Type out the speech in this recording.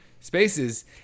spaces